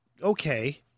okay